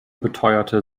beteuerte